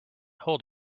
hold